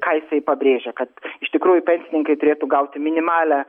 ką jisai pabrėžia kad iš tikrųjų pensininkai turėtų gauti minimalią